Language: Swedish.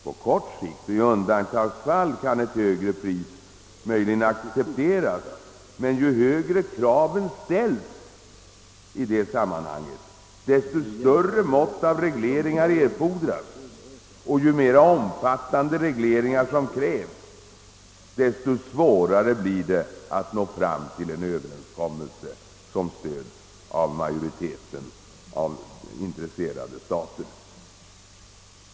På kort sikt och i undantagsfall kan ett högre pris möjligen accepteras, men ju högre kraven ställs, desto större mått av regleringar erfordras, och ju mer omfattande regleringar som krävs, desto svårare blir det att nå fram till överenskommelser som stöds av majoriteten av intresserade stater.